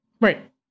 Right